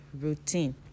routine